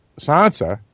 Sansa